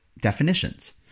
definitions